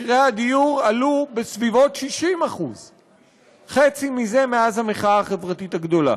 מחירי הדיור עלו בסביבות 60% חצי מזה מאז המחאה החברתית הגדולה.